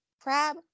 crab